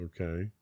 Okay